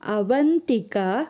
Avantika